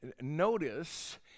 notice